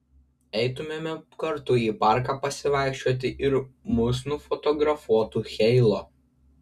eitumėme kartu į parką pasivaikščioti ir mus nufotografuotų heilo